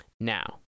Now